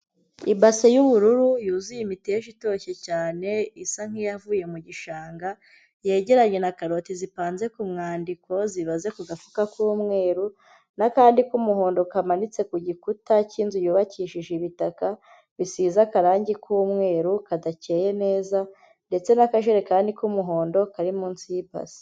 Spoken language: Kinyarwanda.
Ibase y'ubururu yuzuye imiteshi itoshye cyane, isa nkiyavuye mu gishanga, yegeranye na karoti zipanze ku mwandiko, zibaze ku gafuka k'umweru n'akandi k'umuhondo kamanitse ku gikuta cy'inzu yubakishije ibitaka bisize akarangi k'umweru kadakeye neza, ndetse n'akajerekani k'umuhondo kari munsi y'ibase.